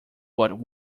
but